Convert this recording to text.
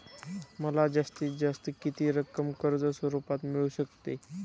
मला जास्तीत जास्त किती रक्कम कर्ज स्वरूपात मिळू शकते?